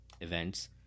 events